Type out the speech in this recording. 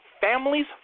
families